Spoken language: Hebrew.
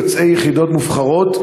יוצאי יחידות מובחרות,